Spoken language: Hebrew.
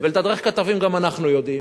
ולתדרך כתבים גם אנחנו יודעים.